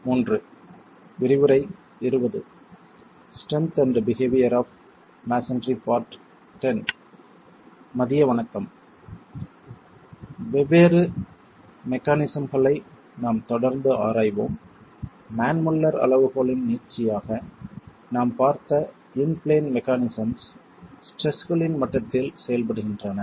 மதிய வணக்கம் வெவ்வேறு மெக்கானிசம்களை நாம் தொடர்ந்து ஆராய்வோம் மேன் முல்லர் அளவுகோலின் நீட்சியாக நாம் பார்த்த இன் பிளேன் மெக்கானிசம்ஸ் ஸ்ட்ரெஸ்களின் மட்டத்தில் செயல்படுகின்றன